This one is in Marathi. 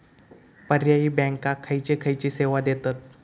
पर्यायी बँका खयचे खयचे सेवा देतत?